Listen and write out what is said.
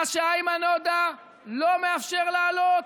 מה שאיימן עודה לא מאפשר להעלות,